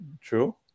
True